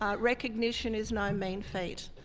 ah recognition is no mean feat.